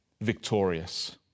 victorious